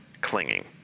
clinging